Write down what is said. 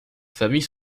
familles